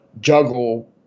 juggle